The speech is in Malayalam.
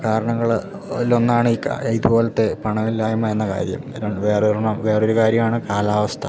കാരണങ്ങളിൽ ഒന്നാണ് ഈ കാ ഇതുപോലത്തെ പണമില്ലായ്മ എന്ന കാര്യം വേറൊരെണ്ണം വേറൊരു കാര്യമാണ് കാലാവസ്ഥ